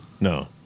No